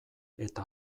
eta